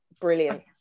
Brilliant